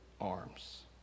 arms